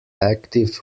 active